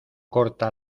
corta